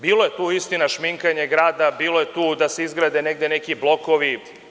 Bilo je tu istina šminkanja grada, bilo je tu da se izgrade negde neki blokovi.